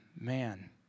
man